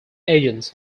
agents